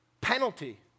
penalty